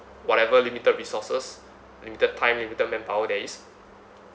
whatever limited resources limited time limited manpower there is